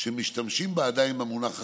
שמשתמשים בה עדיין במונח הסטיגמטי,